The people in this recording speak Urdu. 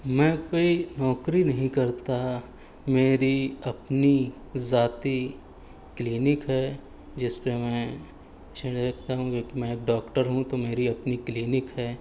میں کوئی نوکری نہیں کرتا میری اپنی ذاتی کلینک ہے جس پہ میں ہوں کیوں کہ میں ایک ڈاکٹر ہوں تو میری اپنی کلینک ہے